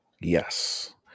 yes